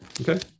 Okay